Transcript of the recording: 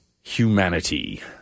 Humanity